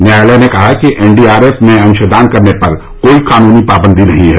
न्यायालय ने कहा कि एनडीआरएफ में अंशदान करने पर कोई कानूनी पाबंदी नहीं है